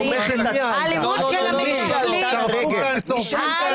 אלימות של המתנחלים שיוצאים ופורעים,